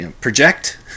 project